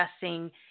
discussing